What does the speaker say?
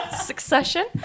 succession